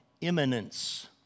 imminence